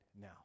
now